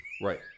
Right